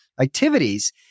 activities